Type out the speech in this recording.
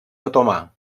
otomà